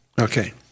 Okay